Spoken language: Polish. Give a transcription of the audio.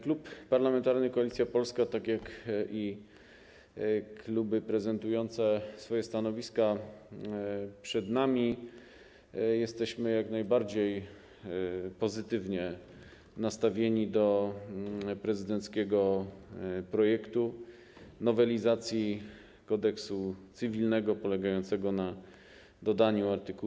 Klub Parlamentarny Koalicja Polska, tak jak i kluby prezentujące swoje stanowiska przed naszym klubem, jest jak najbardziej pozytywnie nastawiony do prezydenckiego projektu nowelizacji Kodeksu cywilnego polegającego na dodaniu art.